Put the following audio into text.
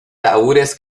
tahúres